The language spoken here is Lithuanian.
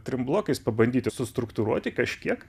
trim blokais pabandyti sustruktūruoti kažkiek